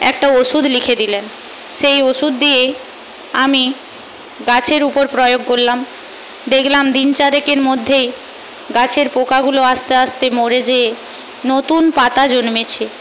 একটা ওষুধ লিখে দিলেন সেই ওষুধ দিয়ে আমি গাছের উপর প্রয়োগ করলাম দেখলাম দিন চারেকের মধ্যেই গাছের পোকাগুলো আসতে আসতে মরে গিয়ে নতুন পাতা জন্মেছে